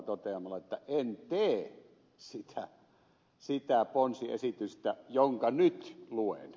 toteamalla että en tee sitä ponsiesitystä jonka nyt luen